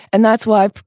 and that's why,